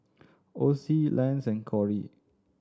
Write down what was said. Ocie Lance and Kori